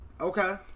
Okay